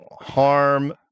harm